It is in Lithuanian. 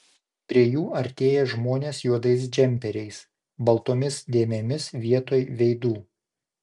prie jų artėja žmonės juodais džemperiais baltomis dėmėmis vietoj veidų